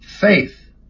Faith